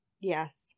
yes